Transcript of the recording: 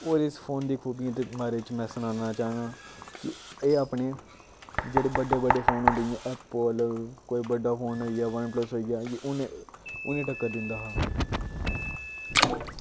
और इस फोन दी खुबियें दे बारे च में सनाना चाह्नां की एह् अपने जेह्ड़े बड्डे बड्डे फोन होंदे जि'यां एप्पल कोई बड्डा फोन होई गेआ वन प्लस होई गेआ उनें उनें टक्कर दिंदा हा